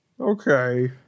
Okay